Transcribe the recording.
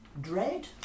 dread